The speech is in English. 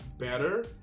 better